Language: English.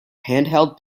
handheld